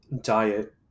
diet